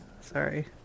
Sorry